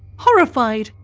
horrified,